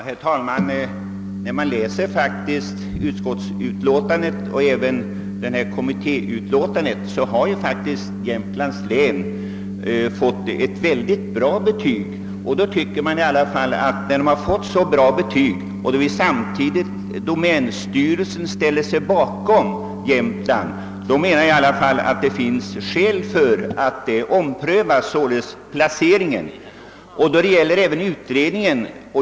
Herr talman! När man läser utskottsutlåtandet liksom även kommittéutlåtandet finner man att Jämtlands län faktiskt fått ett mycket bra betyg. När det fått ett sådant betyg och domänstyrelsen samtidigt ger sitt stöd finns det i alla fall enligt min mening skäl att ompröva placeringen. Det gäller även utredningen.